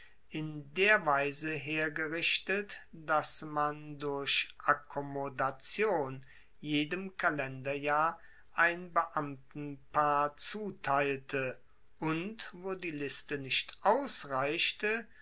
in der weise hergerichtet dass man durch akkommodation jedem kalenderjahr ein beamtenpaar zuteilte und wo die liste nicht ausreichte